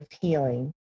healing